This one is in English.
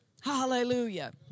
Hallelujah